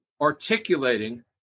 articulating